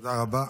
תודה רבה.